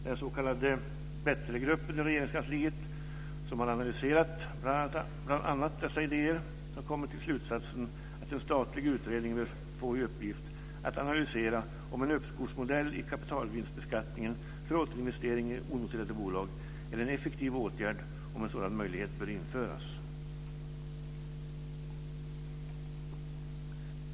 Den s.k. Bättregruppen i Regeringskansliet, som har analyserat bl.a. dessa idéer, har kommit fram till slutsatsen att en statlig utredning bör få i uppgift att analysera om en uppskovsmodell i kapitalvinstsbeskattningen för återinvestering i onoterade bolag är en effektiv åtgärd om en sådan möjlighet bör införas.